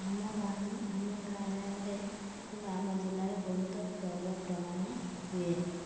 ଆମ ଗାଁଆ କିମ୍ବା ଆମ ଜିଲ୍ଲାରେ ବହୁତ ପର୍ବ ପର୍ବାଣୀ ହୁଏ